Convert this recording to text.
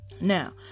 Now